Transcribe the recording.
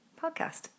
podcast